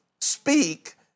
Speak